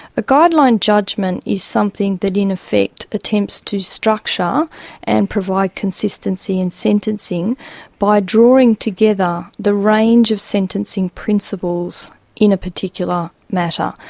a guideline judgement is something that in effect attempts to structure and provide consistency in sentencing by drawing together the range of sentencing principles in a particular matter.